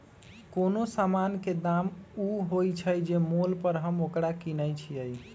कोनो समान के दाम ऊ होइ छइ जे मोल पर हम ओकरा किनइ छियइ